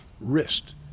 wrist